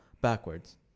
backwards